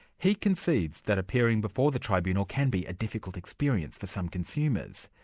he concedes that appearing before the tribunal can be a difficult experience for some consumers.